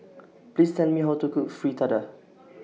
Please Tell Me How to Cook Fritada